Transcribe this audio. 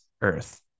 Earth